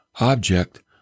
object